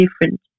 different